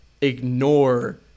ignore